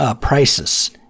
Prices